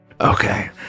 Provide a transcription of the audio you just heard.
Okay